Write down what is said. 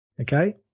okay